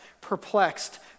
perplexed